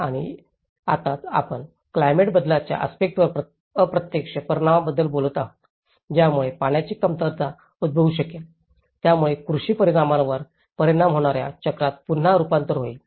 आणि आताच आपण क्लायमेट बदलाच्या आस्पेक्टंवर अप्रत्यक्ष परिणामाबद्दल बोलत आहोत ज्यामुळे पाण्याची कमतरता उद्भवू शकेल ज्यामुळे कृषी परिणामांवर परिणाम होण्याच्या चक्रात पुन्हा रुपांतर होईल